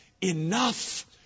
enough